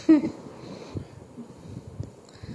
இங்க பாரு நம்ம சாப்பாடு முடுஞ்சுட்டு:inga paaru namma saapadu mudunjutu